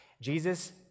Jesus